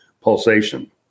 pulsation